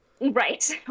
Right